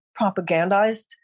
propagandized